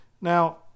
Now